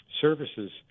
services